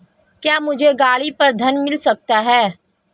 क्या मुझे गाड़ी पर ऋण मिल सकता है?